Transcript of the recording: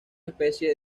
especie